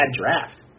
draft